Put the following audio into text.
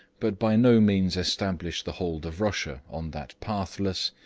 but by no means established the hold of russia on that pathless,